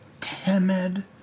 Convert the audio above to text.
timid